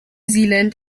zealand